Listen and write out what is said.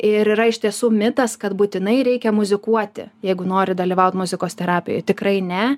ir yra iš tiesų mitas kad būtinai reikia muzikuoti jeigu nori dalyvaut muzikos terapijoj tikrai ne